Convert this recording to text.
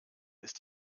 ist